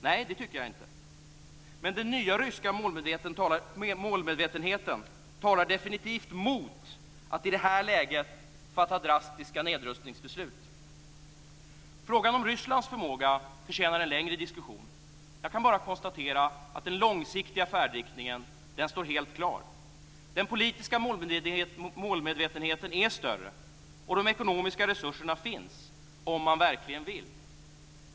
Nej, det tycker jag inte, men den ryska målmedvetenheten talar definitivt mot att i det här läget fatta drastiska nedrustningsbeslut. Frågan om Rysslands förmåga förtjänar en längre diskussion. Jag kan bara konstatera att den långsiktiga färdriktningen står helt klar. Den politiska målmedvetenheten är större, och de ekonomiska resurserna finns - om man verkligen vill.